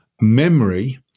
memory